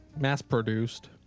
mass-produced